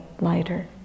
lighter